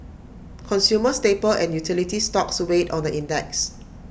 consumer staple and utility stocks weighed on the index